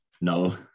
No